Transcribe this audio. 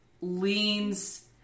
leans